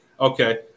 Okay